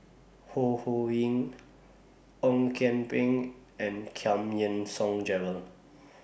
Ho Ho Ying Ong Kian Peng and Giam Yean Song Gerald